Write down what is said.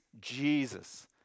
Jesus